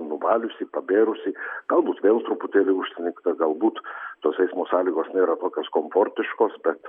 nuvaliusi pabėrusi galbūt vėl truputėlį užsnigta galbūt tos eismo sąlygos nėra tokios komfortiškos bet